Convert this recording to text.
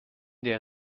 der